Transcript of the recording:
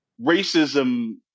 racism